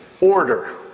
order